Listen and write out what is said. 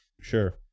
Sure